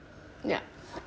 ya